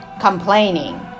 complaining